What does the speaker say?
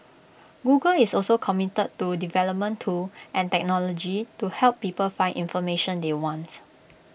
Google is also committed to development tools and technology to help people find information they want